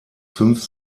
fünf